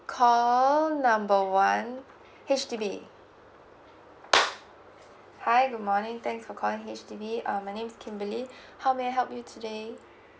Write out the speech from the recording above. call number one H_D_B hi good morning thanks for calling H_D_B uh my name is kimberley how may I help you today